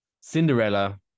Cinderella